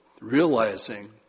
realizing